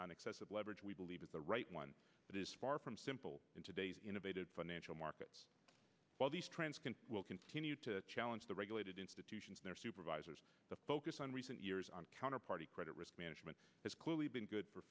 leverage we believe is the right one that is far from simple in today's innovative financial markets while these trends can will continue to challenge the regulated institutions their supervisors the focus on recent years on counter party credit risk management has clearly been good for